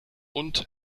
und